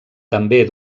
també